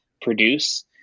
produce